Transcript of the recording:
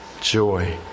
joy